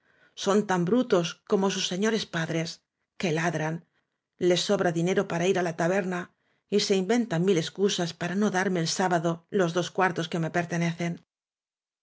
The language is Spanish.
son tan bru tos como sus señores padres que ladran les sobra dinero para ir á la taberna y se inventan mil excusas para no darme el sábado los dos xcuartos que me pertenecen